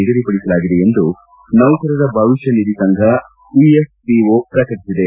ನಿಗದಿಪಡಿಸಲಾಗಿದೆ ಎಂದು ನೌಕರರ ಭವಿಷ್ಣ ನಿಧಿ ಸಂಘ ಇಎಫ್ಪಿಒ ಪ್ರಕಟಿಸಿದೆ